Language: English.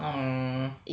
oh